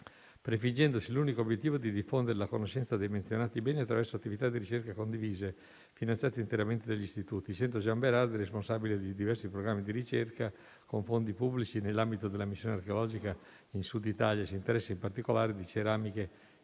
prefiggendosi l'unico obiettivo di diffondere la conoscenza dei menzionati beni attraverso attività di ricerca condivise, finanziate interamente dagli istituti. Il Centre Jean Bérard è responsabile di diversi programmi di ricerca con fondi pubblici nell'ambito della missione archeologica in Sud Italia, e si interessa in particolare di ceramiche,